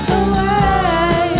away